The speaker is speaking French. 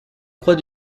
croix